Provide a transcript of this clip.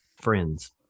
friends